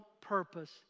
purpose